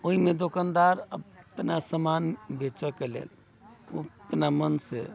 ओहिमे दोकनदार एतना समान बेचऽके लेल अपना मनसे